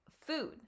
food